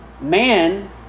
man